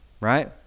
Right